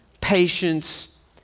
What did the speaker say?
patience